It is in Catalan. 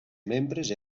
membres